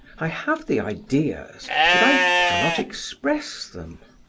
i have the ideas but i cannot express them.